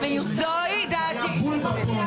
בול בפוני.